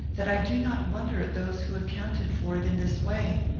that i do not wonder at those who accounted for it in this way.